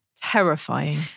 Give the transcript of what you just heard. terrifying